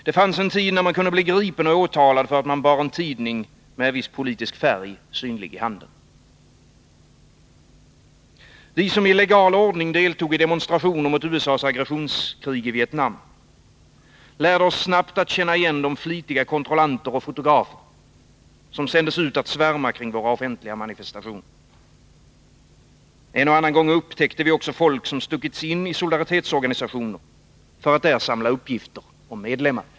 Det fanns en tid när man kunde bli gripen och åtalad för att man bar en tidning med viss politisk färg synlig i handen. Vi som ilegal ordning deltog i demonstrationer mot USA:s aggressionskrig i Vietnam lärde oss snabbt att känna igen de flitiga kontrollanter och fotografer som sändes ut att svärma kring våra offentliga manifestationer. En och annan gång upptäckte vi också folk som stuckits in i solidaritetsorganisationer för att där samla uppgifter om medlemmar.